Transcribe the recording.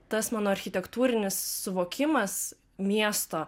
tas mano architektūrinis suvokimas miesto